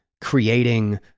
creating